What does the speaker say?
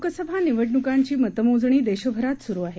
लोकसभा निवडणूकांची मतमोजणी देशभरात सुरु आहे